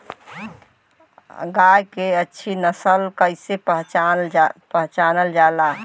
गाय के अच्छी नस्ल कइसे पहचानल जाला?